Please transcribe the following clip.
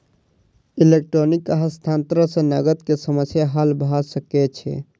electronic हस्तांतरण सॅ नकद के समस्या हल भ सकै छै